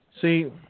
See